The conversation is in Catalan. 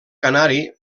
canari